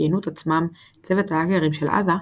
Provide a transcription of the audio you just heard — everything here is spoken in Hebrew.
שכינו את עצמם 'צוות ההאקרים של עזה',